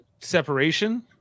Separation